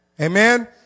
Amen